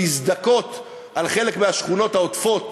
להזדכות על חלק מהשכונות העוטפות